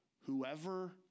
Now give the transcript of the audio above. whoever